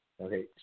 Okay